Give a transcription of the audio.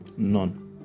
none